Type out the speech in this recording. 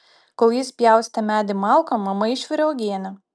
kol jis pjaustė medį malkom mama išvirė uogienę